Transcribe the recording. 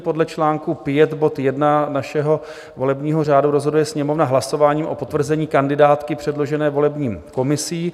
Podle článku V, bod 1 našeho volebního řádu rozhoduje Sněmovna hlasováním o potvrzení kandidátky předložené volební komisí.